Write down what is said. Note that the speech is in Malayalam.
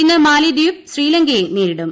ഇന്ന് മാലദ്വീപ് ശ്രീലങ്കയെ നേരിടും